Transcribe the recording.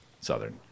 southern